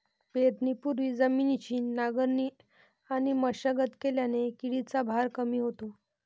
पेरणीपूर्वी जमिनीची नांगरणी आणि मशागत केल्याने किडीचा भार कमी होतो